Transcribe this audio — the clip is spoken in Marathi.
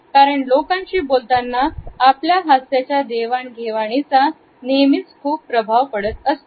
कारण लोकांशी बोलताना आपल्या हास्याच्या देवाण घेवाणीचा नेहमीच खूप प्रभाव पडतो